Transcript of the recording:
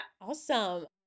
Awesome